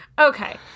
okay